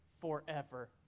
forever